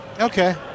Okay